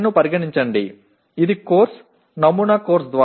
மாதிரி பாடத்தால் விவரிக்கப்படும் PO10 ஐ கருத்தில் கொள்ளுங்கள்